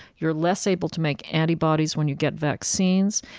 you're less able to make antibodies when you get vaccines,